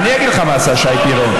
אני אגיד לך מה עשה שי פירון.